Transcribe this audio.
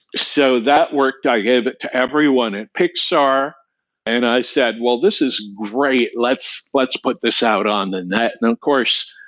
so, that worked. i give it to everyone at pixar and i said, well, this is great. let's let's put this out on the net. of course,